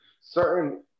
certain